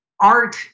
Art